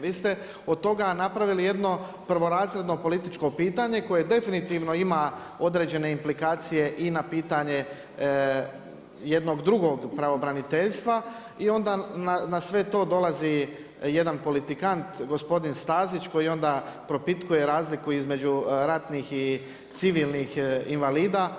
Vi ste od toga napravili jedno prvorazredno političko pitanje koje definitivno ima određene implikacije i na pitanje jednog drugog pravobraniteljstva i onda na sve to dolazi jedan politikant gospodin Stazić koji onda propitkuje razliku između ratnih i civilnih invalida.